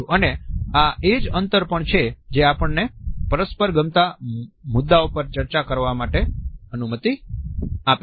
અને આ એજ અંતર પણ છે જે આપણને પરસ્પર ગમતા મુદ્દાઓ પર ચર્ચા કરવા અનુમતિ આપે છે